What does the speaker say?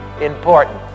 important